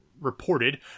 reported